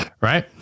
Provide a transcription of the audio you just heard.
right